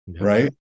right